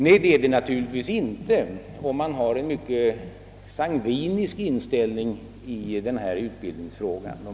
Nej, det är det naturligtvis inte, om man inte har en mycket sangvinisk inställning i denna utbildningsfråga.